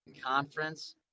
conference